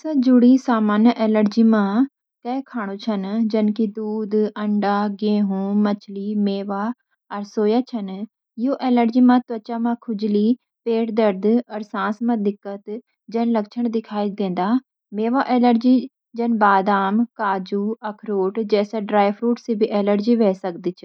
खाने से जुड़ी सामान्य एलर्जी म कई खानू छन जन की दूध, अंडा, गेंहू, मछली, मेवा अर सोया छन। यो एलर्जी मा त्वचा म खुजली, पेट दर्द अर साँस म दिक्कत जन लक्षण दिखाई देन्द। मेवा एलर्जी: बादाम, काजू, अखरोट जैसे ड्राइ फ्रूट्स से भी एलर्जी हो सक्द छ।